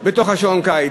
בשעון הקיץ,